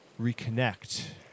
reconnect